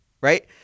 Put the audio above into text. Right